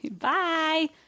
Bye